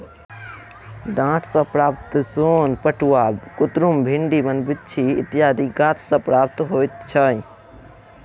डांट सॅ प्राप्त सोन पटुआ, कुतरुम, भिंडी, बनभिंडी इत्यादि गाछ सॅ प्राप्त होइत छै